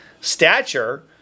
stature